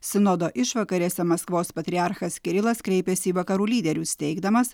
sinodo išvakarėse maskvos patriarchas kirilas kreipėsi į vakarų lyderius teigdamas